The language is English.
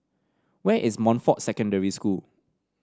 where is Montfort Secondary School